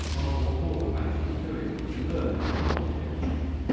ask what more the banks should be doing, and learn how not to get duped.